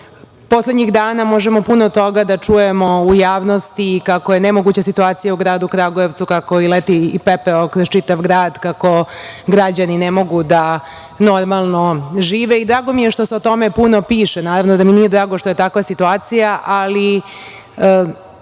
resoru. Poslednjih dana možemo puno toga da čujemo u javnosti kako je nemoguća situacija u gradu Kragujevcu, kako leti pepeo kroz čitav grad, kako građani ne mogu da normalno žive. Drago mi je što se o tome puno piše. Naravno da mi nije drago što je takva situacija, ali